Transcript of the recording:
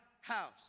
house